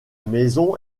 maison